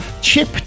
chip